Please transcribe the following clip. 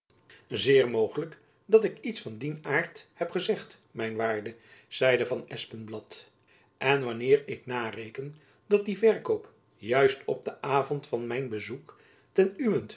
zeer mogelijk dat ik iets van dien aart heb gezegd mijn waarde zeide van espenblad en wanneer ik nareken dat die verkoop juist op den avond van mijn bezoek ten uwent